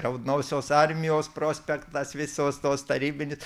raudonosios armijos prospektas visos tos tarybinės